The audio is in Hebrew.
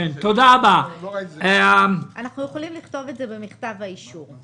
אנחנו יכולים לכתוב את זה במכתב האישור.